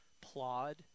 Plod